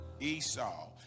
Esau